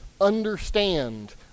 understand